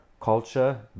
culture